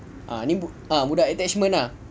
ah budak attachment ah